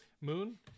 moon